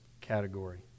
category